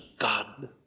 God